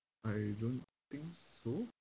I don't think so